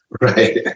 Right